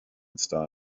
style